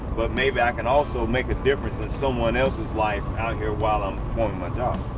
but maybe i can also make a difference in someone else's life out here while i'm performing my job.